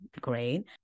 great